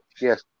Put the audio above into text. yes